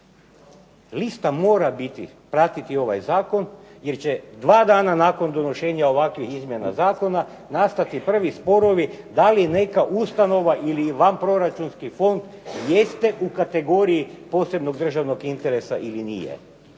Lista mora biti, pratiti ovaj zakon jer će dva dana nakon donošenja ovakvih izmjena zakona nastati prvi sporovi da li neka ustanova ili vanproračunski fond jeste u kategoriji posebnog državnog interesa ili nije.